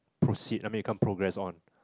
proceed I mean you can't progress on